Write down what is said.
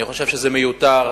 אני חושב שזה מיותר.